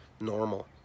normal